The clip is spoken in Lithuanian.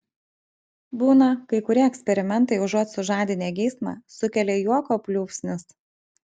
būna kai kurie eksperimentai užuot sužadinę geismą sukelia juoko pliūpsnius